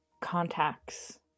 contacts